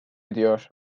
ediyor